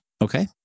Okay